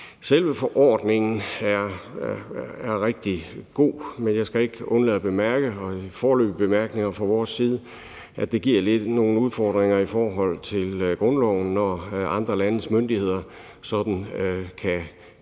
en foreløbig bemærkning fra vores side ikke undlade at bemærke, at det giver nogle udfordringer i forhold til grundloven, når andre landes myndigheder sådan kan diktere,